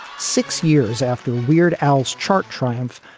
six years after weird al's chart, triumph,